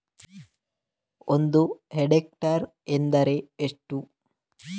ಒಂದು ಹೆಕ್ಟೇರ್ ಎಂದರೆ ಎಷ್ಟು?